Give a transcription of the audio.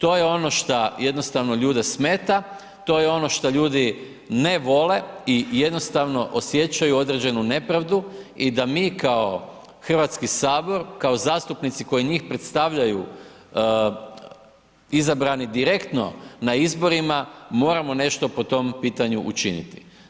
To je ono što jednostavno ljude smeta, to je ono što ljudi ne vole i jednostavno, osjećaju određenu nepravdu i da mi kao HS, kao zastupnici koji njih predstavljaju izabrani direktno na izborima moramo nešto po tom pitanju učiniti.